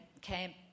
camp